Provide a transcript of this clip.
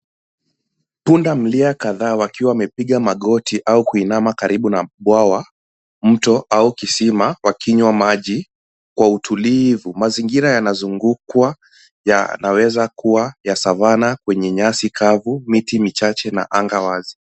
Pundamilia kadhaa wakiwa wamepiga magoti au kuinama karibu na bwawa, mto, au kisima, wakinywa maji, kwa utulivu. Mazingira yanazungukwa, yanaweza kuwa ya savana kwenye nyasi kavu, miti michache, na anga wazi.